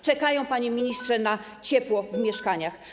Czekają, panie ministrze, na ciepło w mieszkaniach.